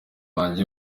wanjye